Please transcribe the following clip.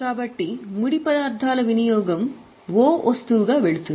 కాబట్టి ముడి పదార్థాల వినియోగం O వస్తువుగా వెళ్తుంది